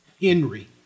Henry